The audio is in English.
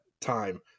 time